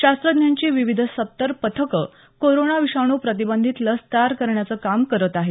शास्त्रज्ज्ञांची विविध सत्तर पथकं कोरोना विषाणू प्रतिबंधित लस तयार करण्याचं काम करत आहेत